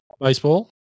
Baseball